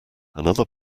another